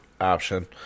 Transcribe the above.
option